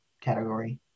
category